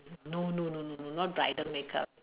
no no no no no not bridal makeup